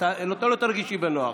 את לא תרגישי בנוח.